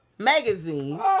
magazine